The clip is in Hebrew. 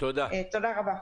תודה רבה.